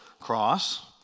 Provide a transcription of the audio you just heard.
cross